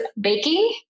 baking